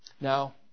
Now